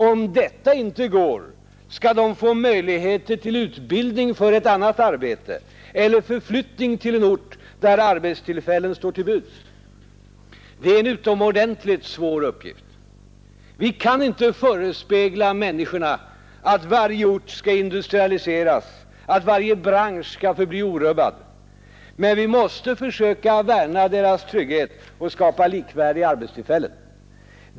Om detta inte går skall de få möjligheter till utbildning för ett annat arbete eller förflyttning till en ort där arbetstillfällen står till buds. Det är en utomordentligt svår uppgift. Vi kan inte förespegla människorna att varje ort skall industrialiseras, att varje bransch skall förbli orubbad. Men vi måste försöka värna deras trygghet och skapa likvärdiga arbetstillfällen.